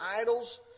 idols